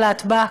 הלהטב"ק,